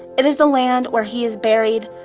it is the land where he is buried,